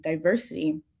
diversity